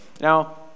Now